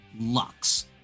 Lux